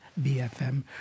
BFM